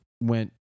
went